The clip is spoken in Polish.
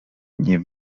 nie